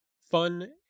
fun